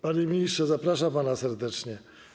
Panie ministrze, zapraszam pana serdecznie.